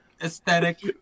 aesthetic